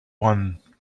one